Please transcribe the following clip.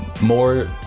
more